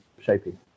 shaping